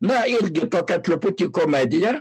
na irgi tokia truputį komedija